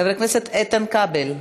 חבר הכנסת איתן כבל,